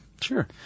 Sure